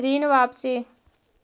ऋण वापसी?